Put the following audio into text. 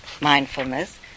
mindfulness